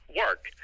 work